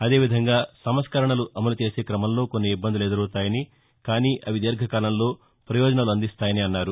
అదే విధంగా సంస్కరణలు అమలు చేసే క్రమంలో కొన్ని ఇబ్బందులు ఎదురౌతాయని కానీ అవి దీర్ఘకాలంలో పయోజనాలు అందిస్తాయని అన్నారు